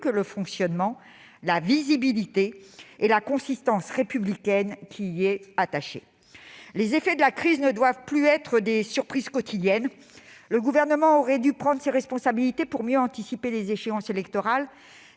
de ces élections, la visibilité et la consistance républicaine qui y est attachée. Les effets de la crise ne doivent plus être des surprises quotidiennes ; le Gouvernement aurait dû prendre ses responsabilités pour mieux anticiper les échéances électorales.